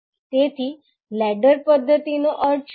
તેથી લેડર પદ્ધતિનો અર્થ શું છે